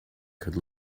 could